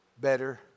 better